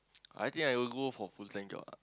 I think I will go for full time job ah